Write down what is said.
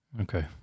Okay